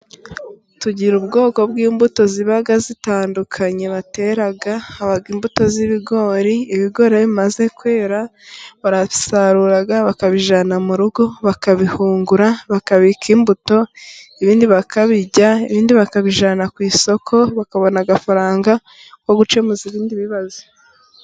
Tugira ubwoko bw'imbuto ziba zitandukanye, batera imbuto z'ibigori, ibigori bimaze kwera barasarura bakabijana mu rugo, bakabihungura bakabika imbuto, ibindi bakabirya, ibindi bakabijyana ku isoko bakabona agafaranga yo gukemuza ibindi bibazo.